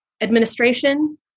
administration